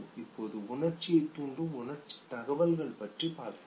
இப்போது உணர்ச்சியைத் தூண்டும் உணர்ச்சித் தகவல் பற்றி பார்ப்போம்